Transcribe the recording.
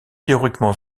théoriquement